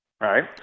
right